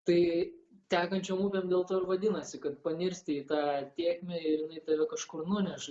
tai tekančiom upėm dėl to ir vadinasi kad panirsti į tą tėkmę ir tave kažkur nuneša